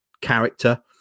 character